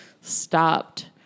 stopped